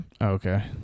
Okay